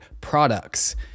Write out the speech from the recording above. products